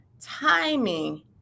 Timing